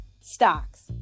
stocks